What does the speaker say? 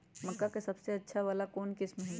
मक्का के सबसे अच्छा उपज वाला कौन किस्म होई?